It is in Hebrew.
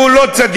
והוא לא צדיק,